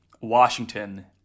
Washington